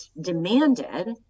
demanded